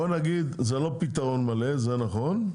בוא נגיד זה לא פתרון מלא זה נכון,